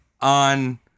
on